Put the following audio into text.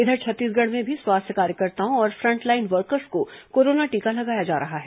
इधर छत्तीसगढ़ में भी स्वास्थ्य कार्यकर्ताओं और फ्रंटलाइन वर्कर्स को कोरोना टीका लगाया जा रहा है